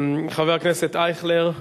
חבר הכנסת אייכלר,